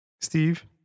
Steve